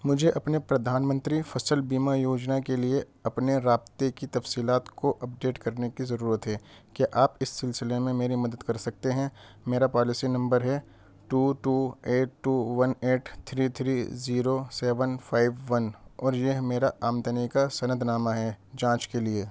مجھے اپنے پردھان منتری فصل بیمہ یوجنا کے لیے اپنے رابطے کی تفصیلات کو اپڈیٹ کرنے کی ضرورت ہے کیا آپ اس سلسلے میں میری مدد کر سکتے ہیں میرا پالیسی نمبر ہے two two eight two one eight three three zero seven five one اور یہ ہے میرا آمدنی کا سندنامہ ہے جانچ کے لیے